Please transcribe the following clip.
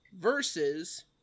versus